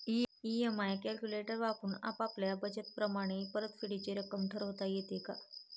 EMI calculator वापरून आपापल्या budget प्रमाणे परतफेडीची रक्कम ठरवता येते का?